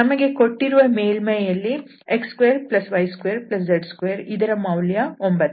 ನಮಗೆ ಕೊಟ್ಟಿರುವ ಮೇಲ್ಮೈಯಲ್ಲಿ x2y2z2 ಇದರ ಮೌಲ್ಯ 9